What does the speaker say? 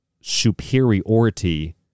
superiority